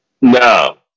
no